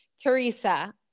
Teresa